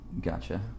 Gotcha